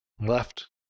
left